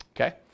Okay